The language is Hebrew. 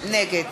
נגד